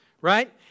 right